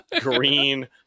green